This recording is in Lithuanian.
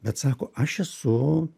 bet sako aš esu